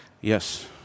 Yes